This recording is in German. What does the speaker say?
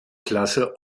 klasse